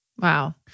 Wow